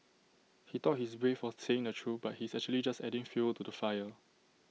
he thought he's brave for saying the truth but he's actually just adding fuel to the fire